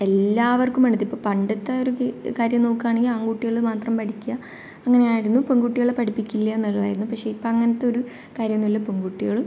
എല്ലാവർക്കും പണ്ടത്തെ ഇപ്പോൾ പണ്ടത്തെ ഒരു കി കാര്യം നോക്കുവാണെങ്കിൽ ആൺകുട്ടികൾ മാത്രം പഠിക്കുക അങ്ങനെയായിരുന്നു പെൺകുട്ടികളെ പഠിപ്പിക്കില്ല എന്നുള്ളതായിരുന്നു പക്ഷേ ഇപ്പം അങ്ങനത്തെ ഒരു കാര്യം ഒന്നുമില്ല പെൺകുട്ടികളും